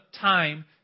time